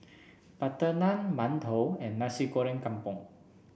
Butter Naan Mantou and Nasi Goreng Kampung